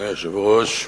אדוני היושב-ראש,